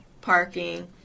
parking